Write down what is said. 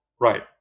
Right